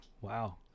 wow